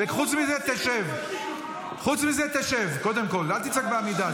חוץ מזה, תשב, אל תצעק בעמידה.